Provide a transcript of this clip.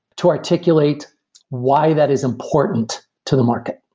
to articulate why that is important to the market.